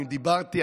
אני דיברתי,